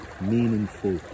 meaningful